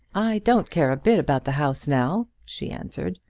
i don't care a bit about the house now, she answered.